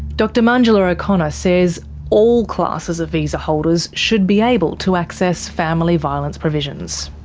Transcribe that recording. dr manjula o'connor says all classes of visa holders should be able to access family violence provisions.